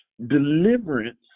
deliverance